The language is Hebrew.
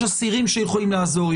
יש אסירים שיכולים לעזור,